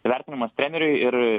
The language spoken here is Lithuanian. įvertinimas treneriui ir